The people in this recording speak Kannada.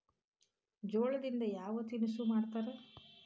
ಜೋಳದಿಂದ ಯಾವ ತಿನಸು ಮಾಡತಾರ?